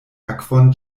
akvon